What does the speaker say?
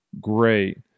Great